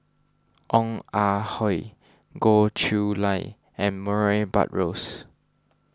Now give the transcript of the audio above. Ong Ah Hoi Goh Chiew Lye and Murray Buttrose